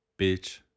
Bitch